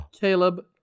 Caleb